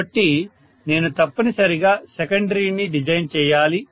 కాబట్టి నేను తప్పనిసరిగా సెకండరీ ని డిజైన్ చేయాలి